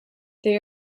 they